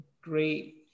great